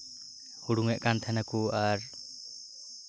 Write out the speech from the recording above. ᱦᱩᱲᱩᱝ ᱮᱫ ᱠᱟᱱ ᱛᱟᱸᱦᱮᱱᱟᱠᱚ ᱟᱨ